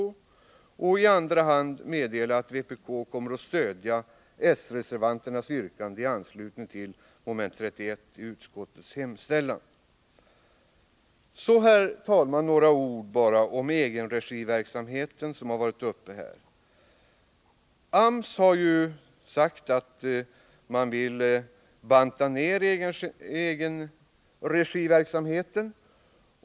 I andra hand kommer vpk att stödja s-reservanternas yrkande i anslutning till mom. 31 i utskottets hemställan. Så, herr talman, några ord om egenregiverksamheten som diskuterats här. AMS har ju sagt att man vill banta ned egenregiverksamheten.